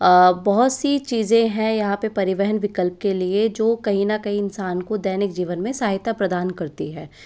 बहुत सी चीज़ें हैं यहाँ पर परिवहन विकल्प के लिए जो कहीं ना कहीं इंसान को दैनिक जीवन में सहायता प्रदान करती है